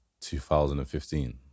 2015